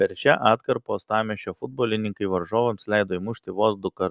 per šią atkarpą uostamiesčio futbolininkai varžovams leido įmušti vos dukart